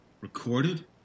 Recorded